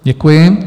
Děkuji.